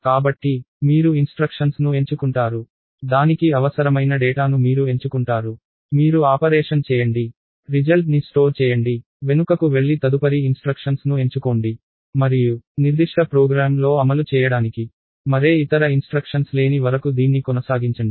కాబట్టి మీరు ఇన్స్ట్రక్షన్స్ ను ఎంచుకుంటారు దానికి అవసరమైన డేటాను మీరు ఎంచుకుంటారు మీరు ఆపరేషన్ చేయండి రిజల్ట్ ని స్టోర్ చేయండి వెనుకకు వెళ్లి తదుపరి ఇన్స్ట్రక్షన్స్ ను ఎంచుకోండి మరియు నిర్దిష్ట ప్రోగ్రామ్ లో అమలు చేయడానికి మరే ఇతర ఇన్స్ట్రక్షన్స్ లేని వరకు దీన్ని కొనసాగించండి